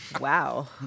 wow